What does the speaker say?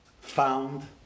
found